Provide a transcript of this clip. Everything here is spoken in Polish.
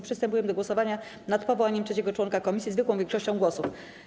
Przystępujemy do głosowania nad powołaniem trzeciego członka komisji zwykłą większością głosów.